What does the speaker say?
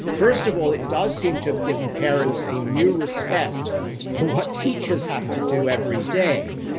first of all, it does seem to have given parents a new respect for what teachers have to do every day.